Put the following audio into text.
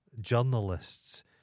journalists